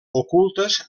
ocultes